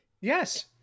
Yes